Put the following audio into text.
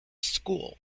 school